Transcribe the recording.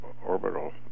Orbital